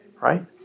right